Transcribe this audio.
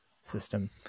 system